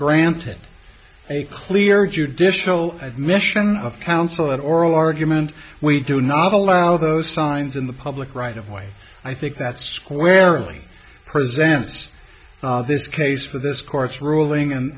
granted a clear judicial admission of counsel and oral argument we do not allow those signs in the public right of way i think that's squarely presented this case for this court's ruling and